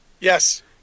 yes